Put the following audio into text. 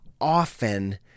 often